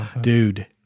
dude